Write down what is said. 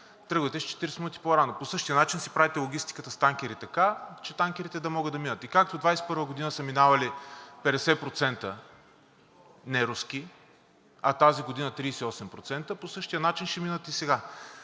тръгвате с 40 минути по-рано. По същия начин си правите логистика с танкери, така че танкерите да могат да минат. И както 2021 г. са минавали 50% неруски, а тази година 38%, по същия начин ще минат и сега.